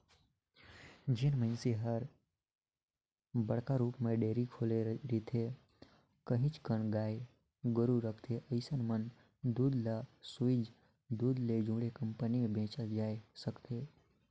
जेन मइनसे हर बड़का रुप म डेयरी खोले रिथे, काहेच कन गाय गोरु रखथे अइसन मन दूद ल सोयझ दूद ले जुड़े कंपनी में बेचल जाय सकथे